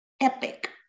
epic